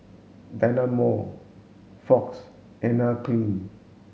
Dynamo Fox Anne Klein